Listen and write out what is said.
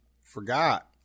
forgot